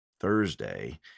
Thursday